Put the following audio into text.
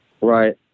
Right